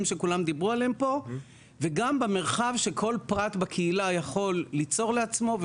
שכולם דיברו עליהם פה וגם במרחב שכל פרט בקהילה יכול ליצור לעצמו,